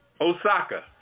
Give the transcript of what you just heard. Osaka